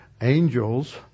angels